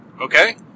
Okay